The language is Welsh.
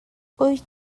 wyt